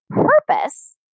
purpose